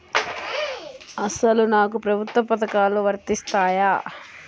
అసలు నాకు ప్రభుత్వ పథకాలు వర్తిస్తాయా?